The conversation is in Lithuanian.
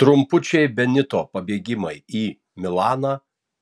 trumpučiai benito pabėgimai į milaną